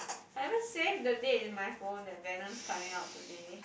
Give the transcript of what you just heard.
I even save the date in my phone that Venom coming out today